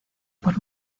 por